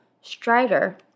Strider